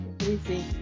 Easy